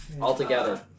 altogether